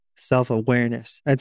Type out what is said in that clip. Self-awareness